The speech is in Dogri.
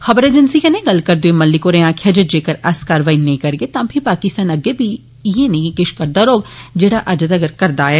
खबर एजेंसी कन्नै गल्ल करदे होई मलिक होरें आक्खेआ जे जेकर अस कारवाई नेईं करगे तां फीह पाकिस्तान अग्गें बी उय्ये किश करदा रौहग जेड़ा अज्ज तगर करदा आया ऐ